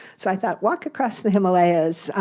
so i thought, walk across the himalayas,